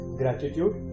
gratitude